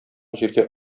җиргә